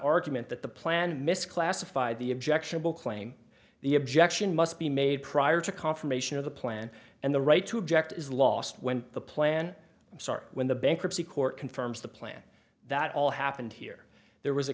argument that the plan misclassified the objectionable claim the objection must be made prior to confirmation of the plan and the right to object is lost when the plan start when the bankruptcy court confirms the plan that all happened here there was a